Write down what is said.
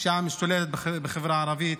הפשיעה משתוללת בחברה הערבית,